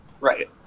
Right